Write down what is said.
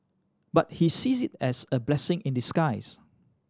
but he sees it as a blessing in disguise